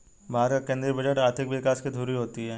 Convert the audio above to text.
भारत का केंद्रीय बजट आर्थिक विकास की धूरी होती है